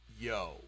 Yo